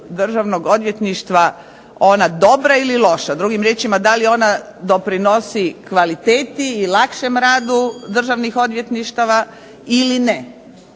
Državnog odvjetništva ona dobra ili loša. Drugim riječima da li ona doprinosi kvaliteti i lakšem radu državnih odvjetništava ili ne